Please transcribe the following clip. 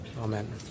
Amen